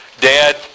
dad